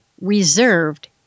reserved